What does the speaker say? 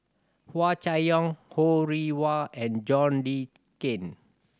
Hua Chai Yong Ho Rih Hwa and John Le Cain